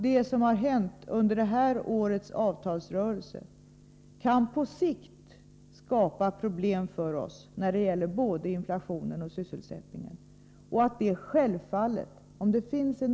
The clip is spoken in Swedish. Det som hänt under årets avtalsrörelse kan dock på sikt skapa problem, både när det gäller inflationen och när det gäller sysselsättningen.